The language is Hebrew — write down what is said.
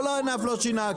כל הענף לא שינה.